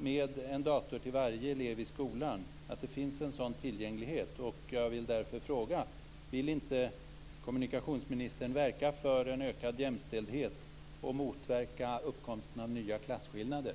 med en dator till varje elev i skolan, att det finns en sådan tillgänglighet. Jag vill därför fråga: Vill inte kommunikationsministern verka för en ökad jämställdhet och motverka uppkomsten av nya klasskillnader?